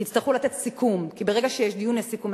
כי יצטרכו לתת סיכום, כי ברגע שיש דיון, יש סיכום.